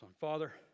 Father